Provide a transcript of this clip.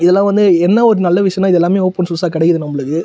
இதெல்லாம் வந்து என்ன ஒரு நல்ல விஷயன்னா இது எல்லாமே ஓப்பன் சோர்ஸாக கிடைக்குது நம்மளுக்கு